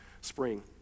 spring